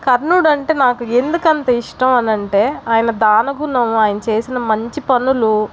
కర్ణుడు అంటే నాకు ఎందుకు అంతా ఇష్టం అనంటే ఆయన దానగుణం ఆయన చేసిన మంచి పనులు